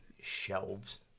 shelves